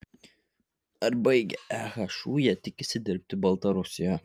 ar baigę ehu jie tikisi dirbti baltarusijoje